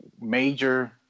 major